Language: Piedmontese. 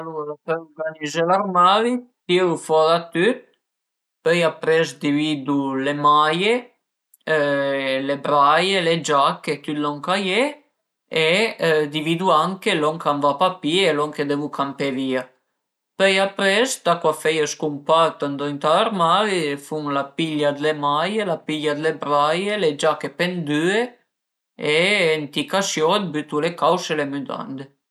Alura për urganizé l'armari tiru fora tüt, pöi apres dividu le maie, le braie, le giache, tüt lon ch'a ie e dividu anche lon ch'a më va papì e lon che devu campé vìa, pöi apres tacu fe i scumpart ëndrinta a i armari e fun la piglia d'la maie, la piglia d'le braie, le giache pendüe e ënt i casiot bütu le cause e le müdande